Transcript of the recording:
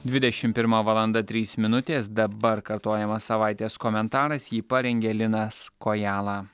dvidešim pirma valanda trys minutės dabar kartojamas savaitės komentaras jį parengė linas kojala